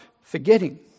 forgetting